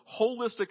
holistic